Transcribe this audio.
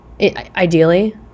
Ideally